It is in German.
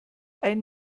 ein